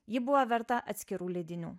ji buvo verta atskirų leidinių